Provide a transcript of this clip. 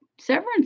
severance